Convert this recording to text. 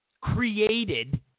created